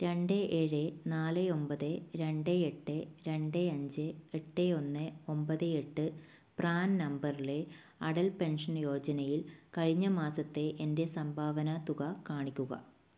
രണ്ട് ഏഴ് നാല് ഒമ്പത് രണ്ട് എട്ട് രണ്ട് അഞ്ച് എട്ട് ഒന്ന് ഒമ്പത് എട്ട് പ്രാൻ നമ്പറിലെ അടൽ പെൻഷൻ യോജനയിൽ കഴിഞ്ഞമാസത്തെ എൻ്റെ സംഭാവന തുക കാണിക്കുക